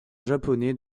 japonais